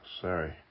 Sorry